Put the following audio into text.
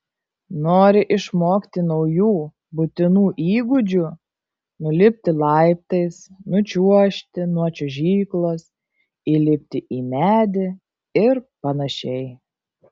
nori išmokti naujų būtinų įgūdžių nulipti laiptais nučiuožti nuo čiuožyklos įlipti į medį ir panašiai